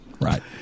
right